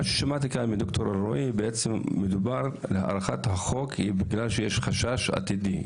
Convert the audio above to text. שמעתי מד"ר אלרעי על כך שמדובר בהארכת החוק בגלל חשש עתידי,